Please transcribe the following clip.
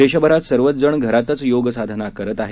देशभरात सर्वचजण घरातच योग साधना करत आहेत